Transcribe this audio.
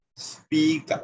speak